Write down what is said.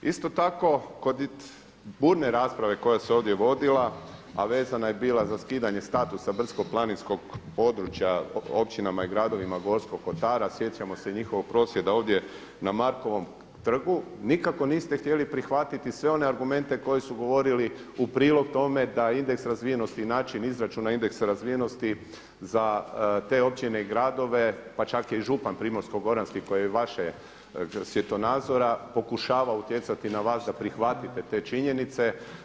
Isto tako kod burne rasprave koja se ovdje vodila a vezana je bila za skidanje statusa brdsko-planinskog područja o općinama i gradovima Gorskog kotara, sjećamo se njihovog prosvjeda ovdje na Markovom trgu, nikako niste htjeli prihvatiti sve one argumente koje su govorili u prilog tome da indeks razvijenosti i način izračuna indeksa razvijenosti za te općine i gradove, pa čak i župan Primorsko-goranski koji je iz vašeg svjetonazora pokušavao utjecati na vas da prihvatite te činjenice.